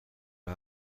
det